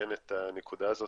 לתקן את הנקודה הזאת.